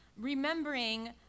remembering